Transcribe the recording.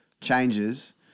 changes